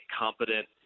competent